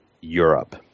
Europe